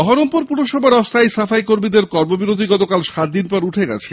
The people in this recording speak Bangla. বহরমপুর পুরসভার অস্থায়ী সাফাই কর্মীদের আন্দোলন গতকাল সাতদিন পর উঠে গেছে